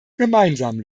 gemeinsam